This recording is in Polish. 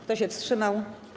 Kto się wstrzymał?